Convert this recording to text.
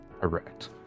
Correct